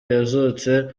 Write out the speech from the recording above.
yazutse